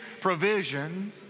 Provision